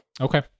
Okay